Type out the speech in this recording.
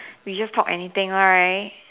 we just talk anything one right